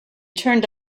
turned